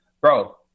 Bro